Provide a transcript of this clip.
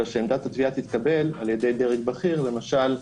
אלא שעמדת התביעה תתקבל על-ידי דרג בכיר למשל,